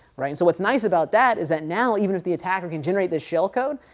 right. so what's nice about that is, that now even if the attacker can generate the shell code,